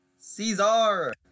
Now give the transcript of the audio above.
Caesar